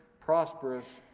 prosperous,